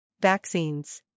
Vaccines